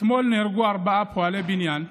אתמול נהרגו ארבעה פועלי בניין.